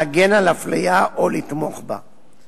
להגן על אפליה או לתמוך בה.